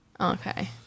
Okay